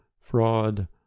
fraud